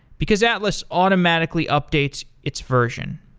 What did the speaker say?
because atlas automatically updates its version.